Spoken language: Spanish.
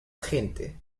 gente